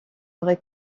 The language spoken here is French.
vrai